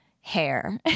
hair